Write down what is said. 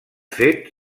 fet